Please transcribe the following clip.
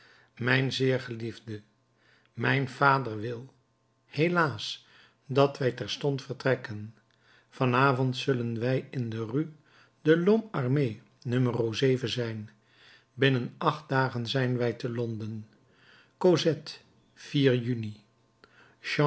mijn zeer geliefde mijn vader wil helaas dat wij terstond vertrekken van avond zullen wij in rue de lhomme armé no zijn binnen acht dagen zijn wij te londen cosette juni